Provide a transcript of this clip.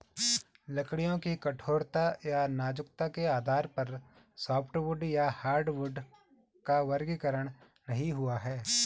लकड़ियों की कठोरता या नाजुकता के आधार पर सॉफ्टवुड या हार्डवुड का वर्गीकरण नहीं हुआ है